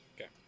Okay